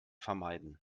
vermeiden